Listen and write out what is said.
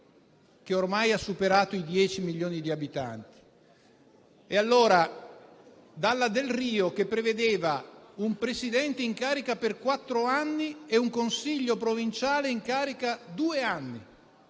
che ormai ha superato i 10 milioni di abitanti. La legge Delrio prevedeva un Presidente in carica per quattro anni e un consiglio provinciale in carica due anni,